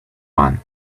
one